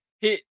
hit